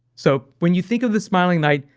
so, when you think of the smiling knight,